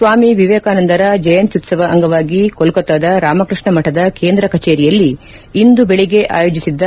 ಸ್ವಾಮಿ ವಿವೇಕನಂದರ ಜಯಂತೋತ್ಲವ ಅಂಗವಾಗಿ ಕೋಲ್ಕತ್ತದ ರಾಮಕೃಷ್ಣ ಮಠದ ಕೇಂದ್ರ ಕಚೇರಿಯಲ್ಲಿ ಇಂದು ಬೆಳಗ್ಗೆ ಆಯೋಜಿಸಿದ್ದ